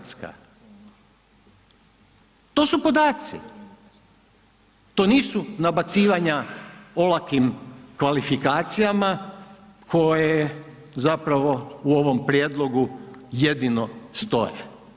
To su podaci, to nisu nabacivanja olakim kvalifikacijama koje zapravo u ovom prijedlogu jedino stoje.